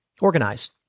organize